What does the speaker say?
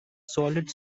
solid